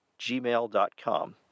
gmail.com